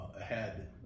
ahead